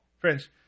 Friends